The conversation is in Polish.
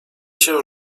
się